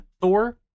Thor